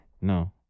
No